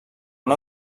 una